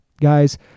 Guys